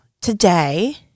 today